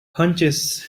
hunches